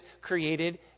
created